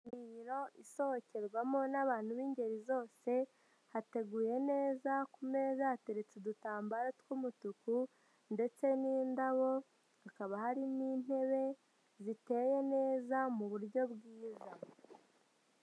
Resitora isohokerwamo n'abantu b'ingeri zose hateguye neza ku meza hateretse udutambaro tw'umutuku ndetse n'indabo, hakaba hari n'intebe ziteye neza mu buryo bwiza.